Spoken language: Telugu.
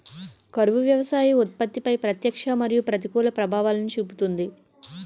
కరువు వ్యవసాయ ఉత్పత్తిపై ప్రత్యక్ష మరియు ప్రతికూల ప్రభావాలను చూపుతుంది